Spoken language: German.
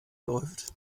läuft